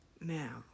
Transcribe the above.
Now